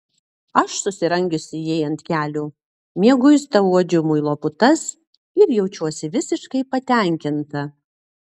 aš susirangiusi jai ant kelių mieguista uodžiu muilo putas ir jaučiuosi visiškai patenkinta